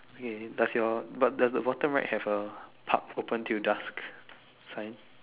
okay does your but does the bottom right have a park open to dusk sign